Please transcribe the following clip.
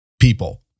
people